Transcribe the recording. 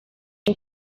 cyo